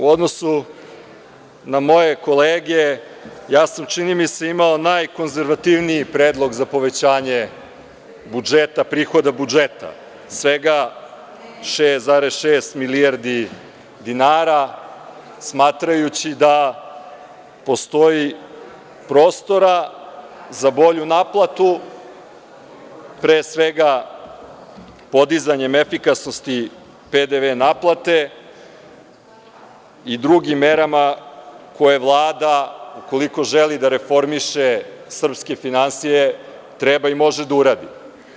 U odnosu na moje kolege, ja sam čini mi se imao najkonzervativniji predlog za povećanje budžeta, prihoda budžeta, svega 6,6 milijardi dinara, smatrajući da postoji prostora za bolju naplatu, pre svega podizanjem efikasnosti PDV naplate i drugim merama, koje Vlada, ukoliko želi da reformiše srpske finansije, treba i može da uradi.